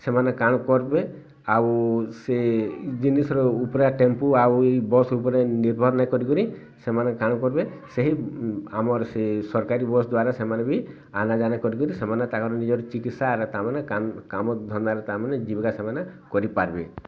ସେମାନେ କାଣା କରିବେ ଆଉ ସେ ଜିନିଷର ଉପରେ ଟେମ୍ପୁ ଆଉ ଏଇ ବସ୍ ଉପରେ ନିର୍ଭର ନାଇଁ କରିକରି ସେମାନେ କାଣ କରିବେ ସେହି ଆମର ସେ ସରକାରୀ ବସ୍ ଦ୍ଵାରା ସେମାନେ ବି ଆନା ଯାନା କରିକରି ସେମାନେ ତାଙ୍କର ନିଜର ଚିକିତ୍ସାରେ ତାମାନେ କାମଧନ୍ଦାରେ ତାମାନେ ଜୀବିକା ସେମାନେ କରିପାରବେ